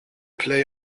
play